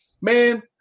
man